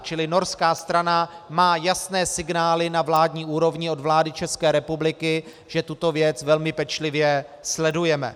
Čili norská strana má jasné signály na vládní úrovni od vlády České republiky, že tuto věc velmi pečlivě sledujeme.